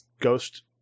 ghost